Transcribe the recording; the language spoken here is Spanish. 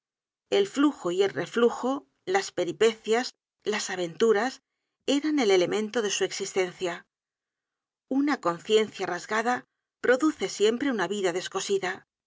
el flujo y el reflujo las peripecias las aventuras eran el elemento de su existencia una conciencia rasgada produce siempre una vida descosida